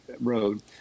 road